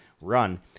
run